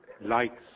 lights